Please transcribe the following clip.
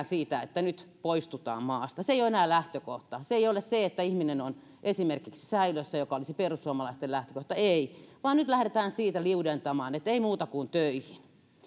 siitä että nyt poistutaan maasta että se ei ole enää lähtökohta eikä se ole se että ihminen on esimerkiksi säilössä mikä olisi perussuomalaisten lähtökohta ei vaan nyt lähdetään siitä liudentamaan ja ei muuta kuin töihin